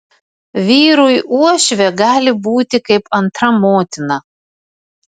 vyrui uošvė gali būti kaip antra motina